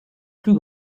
plus